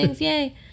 yay